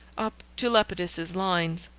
up to lepidus's lines.